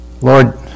Lord